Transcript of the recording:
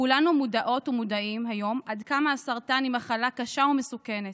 כולנו מודעות ומודעים היום עד כמה סרטן היא מחלה קשה ומסוכנת,